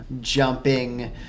jumping